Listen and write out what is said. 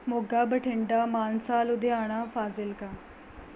Moga Bathinda Mansa Ludhiana Fazilka